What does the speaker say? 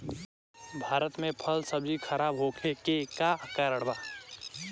भारत में फल सब्जी खराब होखे के का कारण बा?